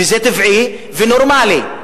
וזה טבעי ונורמלי.